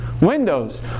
Windows